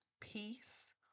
peace